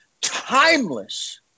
timeless